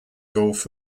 gulf